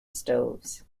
stoves